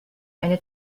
eine